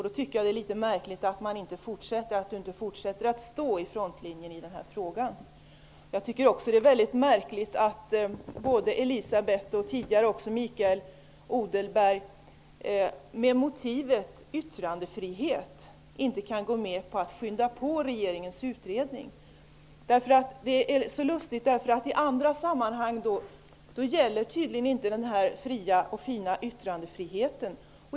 Det är litet märkligt att Elisabeth Fleetwood inte fortsätter att stå framme vid frontlinjen i denna fråga. Det är också märkligt att både Elisabeth Fleetwood och tidigare också Mikael Odenberg med hänvisning till yttrandefriheten inte kan gå med på att skynda på regeringens utredning. I andra sammanhang gäller tydligen inte denna fina yttrandefrihet.